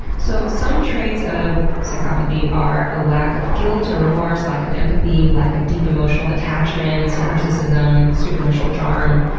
so, some traits of psychopathy are a lack of guilt or remorse, lack of empathy, lack of deep emotional attachments, narcissism, superficial charm,